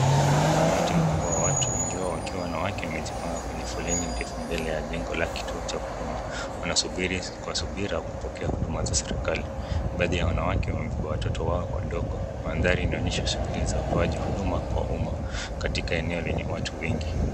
Umati mkubwa wa watu wengi wao wakiwa wanawake wamejipanga kwenye poleni ndefu mbele ya jengo la kituo cha huduma. Wanasubiri kwa subira kupokea huduma za serikali. Baadhi ya wanawake watoto wao wadogo. Mandhari inaonyesha shughuli za utoaji huduma kwa umma katika eneo lenye watu wengi.